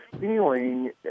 feeling